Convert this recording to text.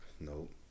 Nope